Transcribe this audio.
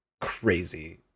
crazy